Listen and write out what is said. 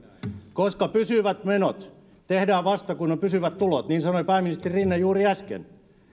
koska pysyvät menot tehdään vasta kun on pysyvät tulot niin sanoi pääministeri rinne juuri äsken